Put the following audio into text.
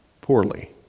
poorly